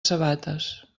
sabates